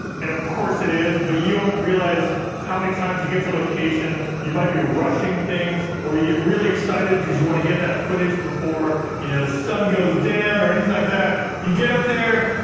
and of course it is, but you'll realize how many times you get to a location, you might be rushing things or you get really excited because you wanna get that footage before you know the sun goes down or anything like that, you get up there,